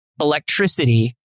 electricity